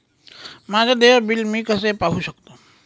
माझे देय बिल मी कसे पाहू शकतो?